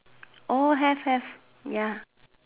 oh have have ya